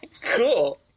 Cool